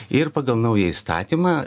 ir pagal naują įstatymą